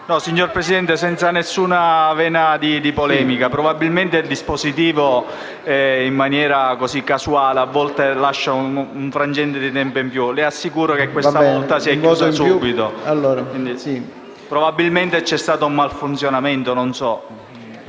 Signor Presidente, senza alcuna vena polemica, probabilmente il dispositivo, in maniera casuale, a volte lascia un frangente di tempo in più. Le assicuro che questa volta la verifica si è chiusa subito; probabilmente c'è stato un malfunzionamento. Non so.